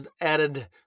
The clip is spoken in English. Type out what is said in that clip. added